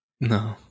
No